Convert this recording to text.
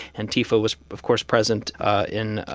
antifa was, of course, present in.